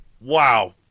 Wow